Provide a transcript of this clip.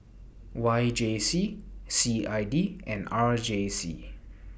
Y J C C I D and R J C